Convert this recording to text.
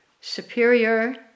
superior